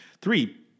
Three